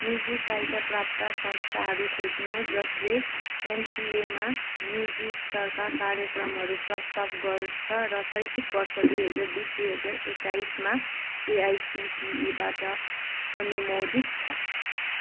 निजी सहायताप्राप्त संस्थाहरू खोज्नुहोस् जसले एमसिएमा युजी स्तरका कार्यक्रमहरू प्रस्ताव गर्छ र शैक्षिक वर्ष दुई हजार बिस दुई हजार एक्काइसमा एआइसिटिईबाट अनुमोदित छ